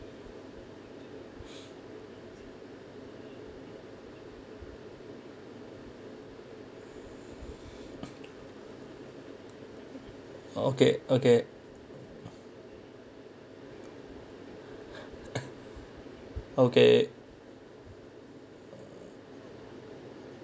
oh okay okay okay